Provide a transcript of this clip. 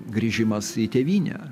grįžimas į tėvynę